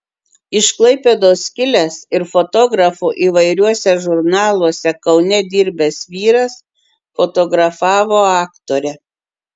iš klaipėdos kilęs ir fotografu įvairiuose žurnaluose kaune dirbęs vyras fotografavo aktorę